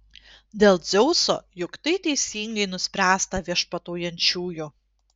dėl dzeuso juk tai teisingai nuspręsta viešpataujančiųjų